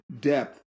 depth